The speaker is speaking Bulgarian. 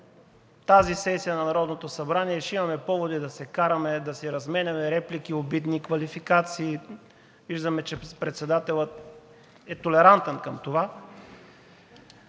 тази сесия на Народното събрание ще имаме поводи да се караме, да си разменяме реплики и обидни квалификации. Виждаме, че председателят е толерантен към това.